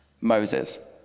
Moses